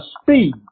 speed